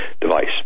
device